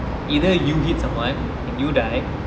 either you hit someone and you die